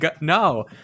no